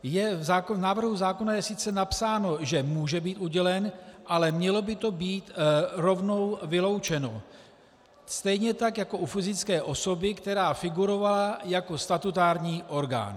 V návrhu zákona je sice napsáno, že může být udělen, ale mělo by to být rovnou vyloučeno, stejně tak u fyzické osoby, která figurovala jako statutární orgán.